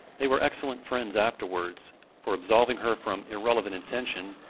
they were excellent friends afterwards for, absolving her from irreverent intention,